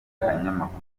akanyamakuru